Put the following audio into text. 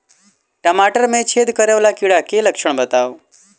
टमाटर मे छेद करै वला कीड़ा केँ लक्षण बताउ?